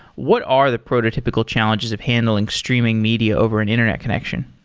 what are the prototypical challenges of handling streaming media over an internet connection?